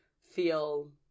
feel